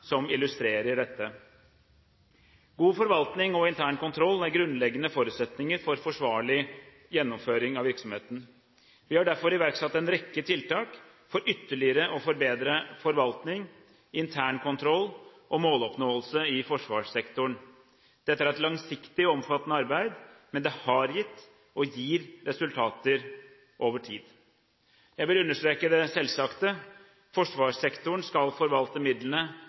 som illustrerer dette. God forvaltning og intern kontroll er grunnleggende forutsetninger for forsvarlig gjennomføring av virksomheten. Vi har derfor iverksatt en rekke tiltak for ytterligere å forbedre forvaltning, intern kontroll og måloppnåelse i forsvarssektoren. Dette er et langsiktig og omfattende arbeid, men det har gitt, og gir, resultater over tid. Jeg vil understreke det selvsagte: Forsvarssektoren skal forvalte midlene